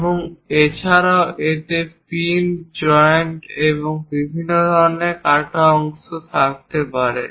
এবং এছাড়াও এতে পিন জয়েন্ট এবং বিভিন্ন ধরণের কাটা অংশ থাকতে পারে